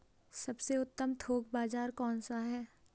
सबसे उत्तम थोक बाज़ार कौन सा है?